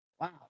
Wow